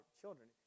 children